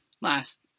last